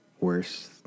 worse